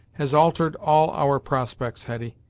has altered all our prospects, hetty.